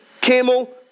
camel